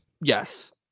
Yes